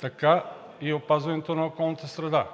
така и опазването на околната среда.